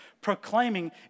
proclaiming